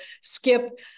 skip